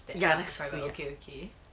ya that's right